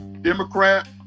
Democrat